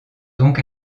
donc